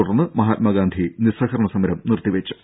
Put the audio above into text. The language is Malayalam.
തുടർന്ന് മഹാത്മാഗാന്ധി നിസഹകരണ സമരം നിർത്തിവെച്ചു